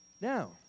Now